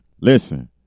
listen